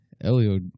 Elio